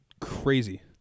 crazy